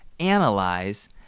analyze